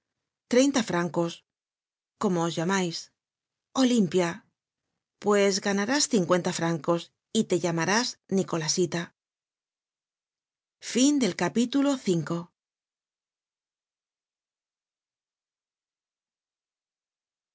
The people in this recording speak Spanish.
treinta francos cómo os llamais olimpia pues ganarás cincuenta francos y te llamarás nicolasita